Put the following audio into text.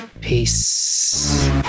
Peace